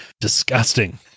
Disgusting